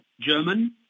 German